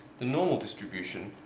the normal distribution